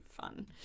fun